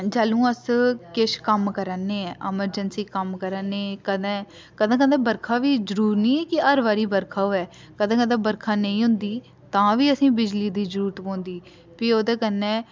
जैह्लूं अस किश कम्म करै ने ऐमरजेंसी कम्म करा ने कदें कदें कदें बरखा बी जरूर नि कि हर बारी बरखा होऐ कदें कदें बरखा नेईं होदी तां बी असेंगी बिजली दी जरूरत पौंदी फ्ही ओह्दे कन्नै